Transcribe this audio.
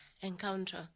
encounter